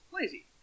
Lazy